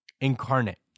Incarnate